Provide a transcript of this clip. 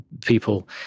people